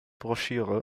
broschüre